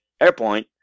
airpoint